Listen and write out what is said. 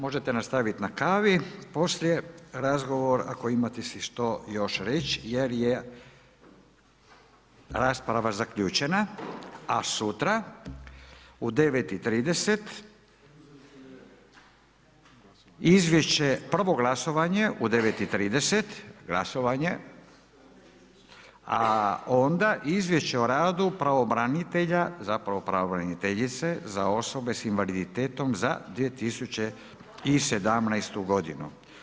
Možete nastaviti na kavi poslije razgovor, ako imate si što još reći jer je rasprava zaključena, a sutra u 09,30 sati, prvo glasovanje u 09,30, glasovanje, a onda Izvješće o radu pravobranitelja, zapravo pravobraniteljice za osobe s invaliditetom za 2017. godinu.